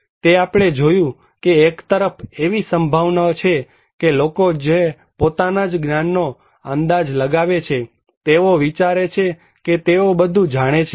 તે આપણે જોયું કે એક તરફ એવી સંભાવના છે કે લોકો જે પોતાના જ જ્ઞાનનો અંદાજ લગાવે છે તેઓ વિચારે છે કે તેઓ બધું જાણે છે